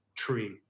tree